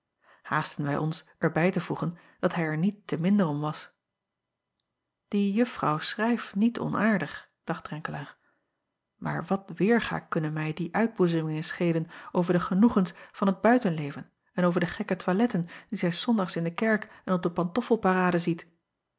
aasten wij ons er bij te voegen dat hij er niet te minder om was ie uffrouw schrijft niet onaardig dacht renkelaer maar wat weêrga kunnen mij die uitboezemingen schelen over de genoegens van t buitenleven en over de gekke toiletten die zij s ondags in de kerk en op de pantoffelparade ziet